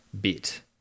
bit